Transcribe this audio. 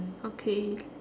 mm okay